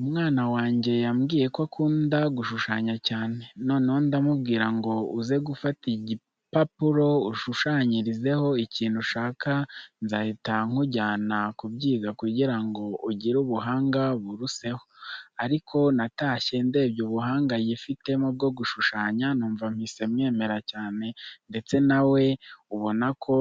Umwana wange yambwiye ko akunda gushushanya cyane, noneho ndamubwira ngo uze gufata igipapuro unshushanyirizeho ikintu ushaka nzahita nkujyana kubyiga kugira ngo ugire ubuhanga buruseho. Ariko natashye ndebye ubuhanga yifitemo bwo gushushanya numva mpise mwemera cyane ndetse nawe ubona ko